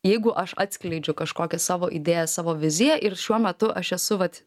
jeigu aš atskleidžiu kažkokią savo idėją savo viziją ir šiuo metu aš esu vat